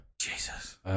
Jesus